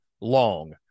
long